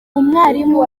umwarimu